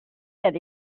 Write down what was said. that